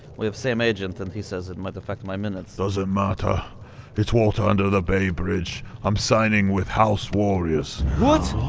we have same agent and he says it might affect my minutes. doesn't matter it's water under the bay bridge i'm signing with house warriors what?